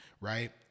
right